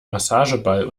massageball